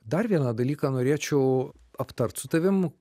dar vieną dalyką norėčiau aptart su tavim